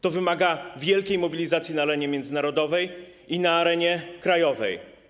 To wymaga wielkiej mobilizacji na arenie międzynarodowej i na arenie krajowej.